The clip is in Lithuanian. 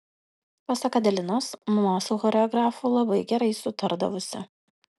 pasak adelinos mama su choreografu labai gerai sutardavusi